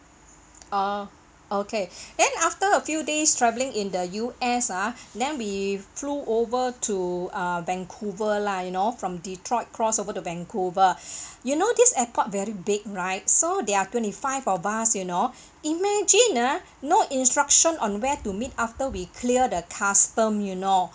uh okay then after a few days travelling in the U_S ah then we flew over to uh vancouver lah you know from detriot cross over the vancouver you know this airport very big right so they're twenty five of us you know imagine ah no instruction on where to meet after we clear the custom you know